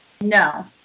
No